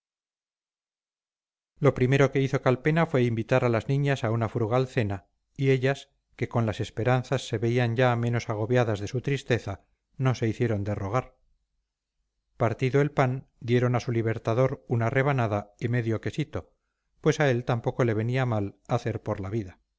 lo primero que hizo calpena fue invitar a las niñas a una frugal cena y ellas que con las esperanzas se veían ya menos agobiadas de su tristeza no se hicieron de rogar partido el pan dieron a su libertador una rebanada y medio quesito pues a él tampoco le venía mal hacer por la vida